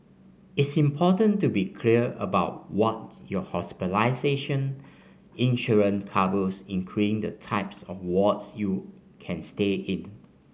it's important to be clear about what your hospitalization insurance covers including the type of wards you can stay in